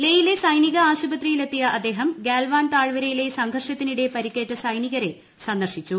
ലെയിലെ സൈനിക ആശുപത്രിയിൽ എത്തിയ അദ്ദേഹം ഗാൽവാൻ താഴ്വരയിലെ സംഘർഷത്തിനിടെ പരിക്കേറ്റ സൈനികരെ സന്ദർശിച്ചു